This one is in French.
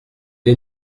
les